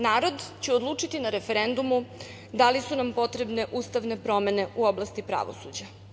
Narod će odlučiti na referendumu da li su nam potrebne ustavne promene u oblasti pravosuđa.